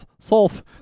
sulf